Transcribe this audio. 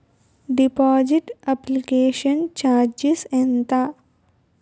Deposit application charges ఎంత?